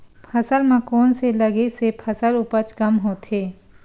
फसल म कोन से लगे से फसल उपज कम होथे?